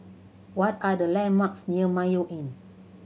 what are the landmarks near Mayo Inn